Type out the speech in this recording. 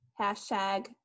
hashtag